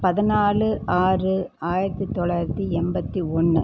பதினாலு ஆறு ஆயிரத்து தொள்ளாயிரத்து எண்பத்தி ஒன்று